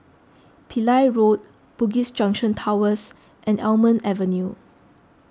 Pillai Road Bugis Junction Towers and Almond Avenue